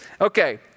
Okay